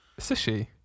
Sushi